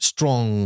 Strong